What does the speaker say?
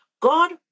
God